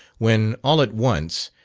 when all at once,